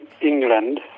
England